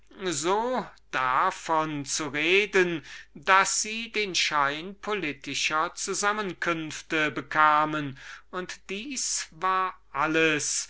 art davon zu reden wodurch sie den schein politischer zusammenkünfte bekamen und das war alles